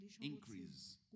increase